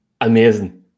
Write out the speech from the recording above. Amazing